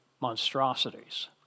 monstrosities